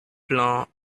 plan